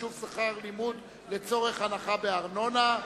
חישוב שכר לימוד לצורך הנחה בארנונה),